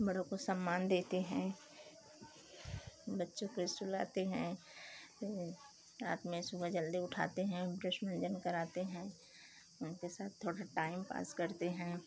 बड़ों को सम्मान देते हैं बच्चों के सुलाते हैं रात में सुबह जल्दी उठाते हैं ब्रश मंजन कराते हैं उनके साथ थोड़ा टाइम पास करते हैं